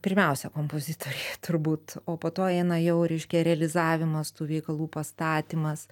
pirmiausia kompozitoriai turbūt o po to eina jau reiškia realizavimas tų veikalų pastatymas